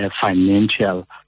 financial